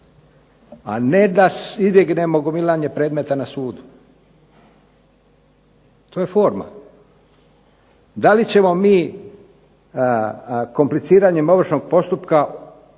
…/Ne razumije se./… gomilanje predmeta na sudu. To je forma. Da li ćemo mi kompliciranjem ovršnog postupka privući